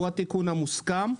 הוא התיקון המוסכם.